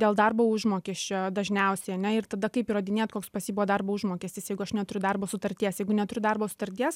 dėl darbo užmokesčio dažniausiai a ne ir tada kaip įrodinėt koks pas jį buvo darbo užmokestis jeigu aš neturiu darbo sutarties jeigu neturiu darbo sutarties